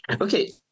Okay